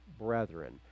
brethren